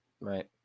right